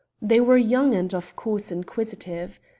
they were young and of course inquisitive.